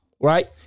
right